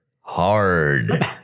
Hard